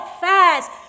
fast